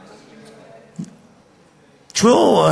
תשמעו,